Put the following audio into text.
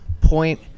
point